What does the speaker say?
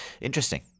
interesting